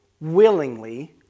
willingly